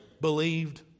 believed